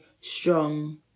strong